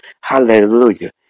Hallelujah